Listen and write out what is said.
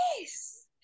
Yes